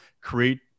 create